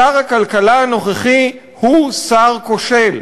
שר הכלכלה הנוכחי הוא שר כושל.